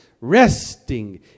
resting